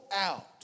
out